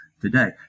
Today